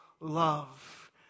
love